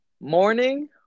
morning